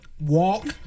walk